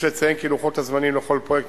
יש לציין כי לוחות הזמנים לכל פרויקט